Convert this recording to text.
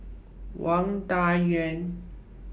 Wang Dayuan